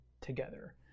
together